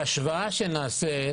ההשוואה שנעשית